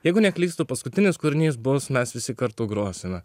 jeigu neklystu paskutinis kūrinys bus mes visi kartu grosime